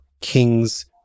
kings